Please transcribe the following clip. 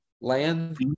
land